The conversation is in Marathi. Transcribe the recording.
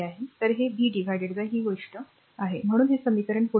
तर हे v ही गोष्ट आहे म्हणूनच हे समीकरण पुढे